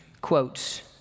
quotes